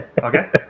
Okay